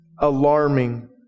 Alarming